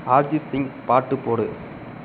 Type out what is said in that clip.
ஆர்ஜித் சிங் பாட்டு போடு